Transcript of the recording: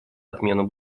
отмену